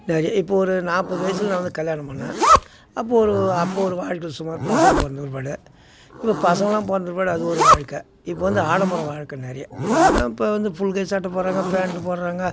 இப்போ ஒரு நாற்பது வயசில் வந்து கல்யாணம் பண்ணேன் அப்போ ஒரு அப்போ ஒரு வாழ்க்கை சுமார் பசங்க பிறந்த பிற்பாடு இப்போ பசங்களெலாம் பிறந்த பிற்பாடு அது ஒரு வாழ்க்கை இப்போ வந்து ஆடம்பர வாழ்க்கை நிறையா எப்படினா இப்போ வந்து ஃபுல் கை சட்டை போடுறாங்க ஃபேண்ட் போடுறாங்க